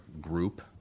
group